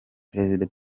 perezida